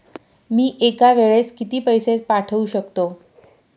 मी एका वेळेस किती पैसे पाठवू शकतो?